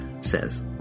says